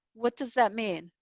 what does that mean?